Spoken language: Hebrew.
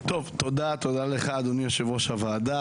תודה לך אדוני יושב-ראש הוועדה,